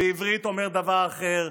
בעברית אומר דבר אחר,